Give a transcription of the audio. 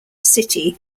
city